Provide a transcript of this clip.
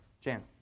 Jan